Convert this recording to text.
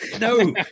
No